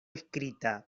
escrita